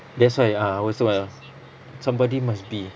that's why ah I also wanna ask somebody must be